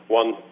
one